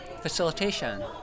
facilitation